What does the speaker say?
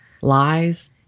lies